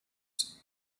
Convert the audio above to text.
its